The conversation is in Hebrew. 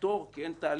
כי אין תהליך של פטור,